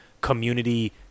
community